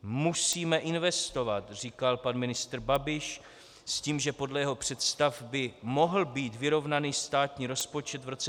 Musíme investovat, říkal pan ministr Babiš, s tím, že podle jeho představ by mohl být vyrovnaný státní rozpočet v roce 2017.